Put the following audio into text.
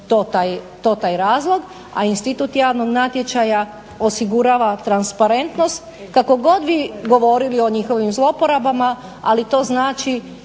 to taj razlog. A institut javnog natječaja osigurava transparentnost, kako god vi govorili o njihovim zlouporabama ali to onda